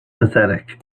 pathetic